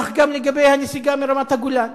כך גם לגבי הנסיגה מרמת-הגולן.